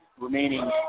remaining